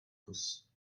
kus